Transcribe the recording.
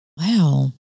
Wow